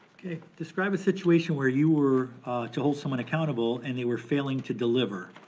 describe a situation where you were to hold someone accountable and they were failing to deliver.